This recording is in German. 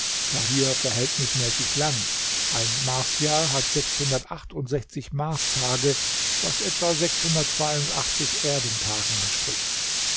jahreszeiten dahier verhältnismäßig lang ein marsjahr hat sechs maß tage was etwa erdentagen entspricht